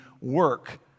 work